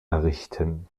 errichten